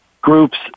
groups